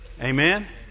Amen